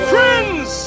Friends